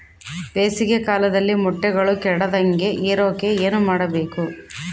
ಬೇಸಿಗೆ ಕಾಲದಲ್ಲಿ ಮೊಟ್ಟೆಗಳು ಕೆಡದಂಗೆ ಇರೋಕೆ ಏನು ಮಾಡಬೇಕು?